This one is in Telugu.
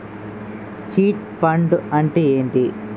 చిట్ ఫండ్ అంటే ఏంటి?